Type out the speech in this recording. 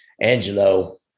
Angelo